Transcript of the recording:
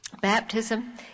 Baptism